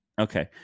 okay